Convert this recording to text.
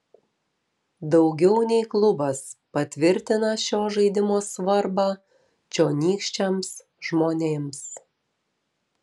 daugiau nei klubas patvirtina šio žaidimo svarbą čionykščiams žmonėms